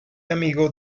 amigo